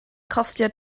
costio